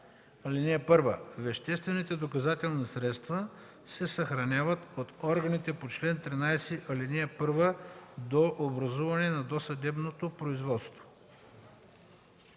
„(1) Веществените доказателствени средства се съхраняват от органите по чл. 13, ал. 1 до образуване на досъдебното производство”.“